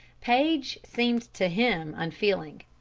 paige seemed to him unfeeling.